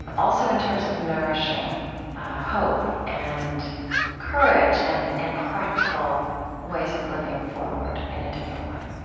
and also in terms of nourishing hope and courage and and practical ways of living forward in a different way